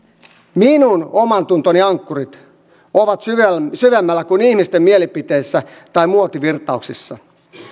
minun omantuntoni ankkurit ovat syvemmällä kuin ihmisten mielipiteissä tai muotivirtauksissa